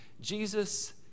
Jesus